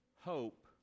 hope